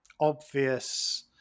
obvious